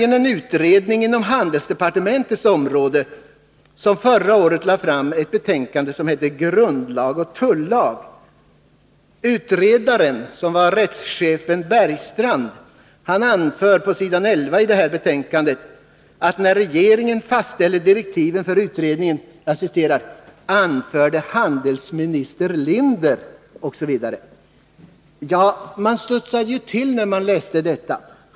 En utredning inom handelsdepartementets område lade förra året fram betänkandet Grundlag och tullag. Utredaren, rättschefen Bergstrand, anför på s. 11 i betänkandet att när regeringen fastställde direktiven för utredningen ”anförde handelsminister Linder”, etc. Man studsar ju till när man läser detta.